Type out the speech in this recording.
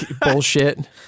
bullshit